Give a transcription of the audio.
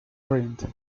print